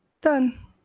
Done